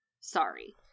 Sorry